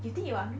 you think you are